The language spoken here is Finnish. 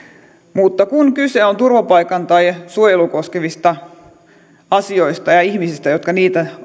mutta kun kyse on turvapaikasta tai suojelua koskevista asioista ja ihmisistä jotka niitä